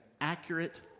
accurate